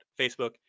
Facebook